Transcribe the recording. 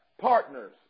partners